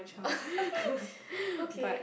okay